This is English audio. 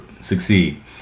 succeed